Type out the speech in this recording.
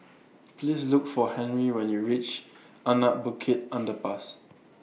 Please Look For Henri when YOU REACH Anak Bukit Underpass